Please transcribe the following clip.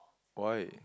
why